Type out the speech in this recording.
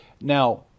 Now